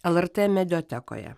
lrt mediatekoje